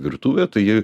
virtuvė tai ji